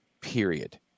period